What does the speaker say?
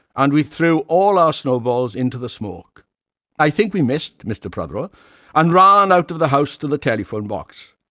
and we threw all our snowballs into the smoke i think we missed mr. prothero and ran out of the house to the telephone box.